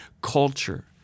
culture